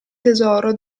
tesoro